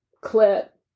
clip